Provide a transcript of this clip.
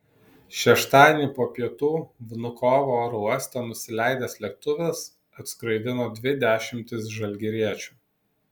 šeštadienį po pietų vnukovo oro uoste nusileidęs lėktuvas atskraidino dvi dešimtis žalgiriečių